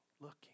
looking